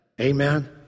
amen